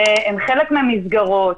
שהם חלק מן המסגרות,